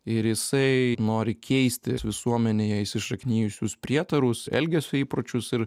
ir jisai nori keisti visuomenėje įsišaknijusius prietarus elgesio įpročius ir